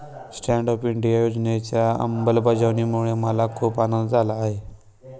stand up India योजनेच्या अंमलबजावणीमुळे मला खूप आनंद झाला आहे